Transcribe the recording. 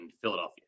Philadelphia